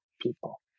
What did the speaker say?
people